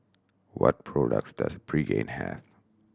what products does Pregain have